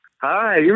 Hi